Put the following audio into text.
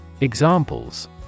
Examples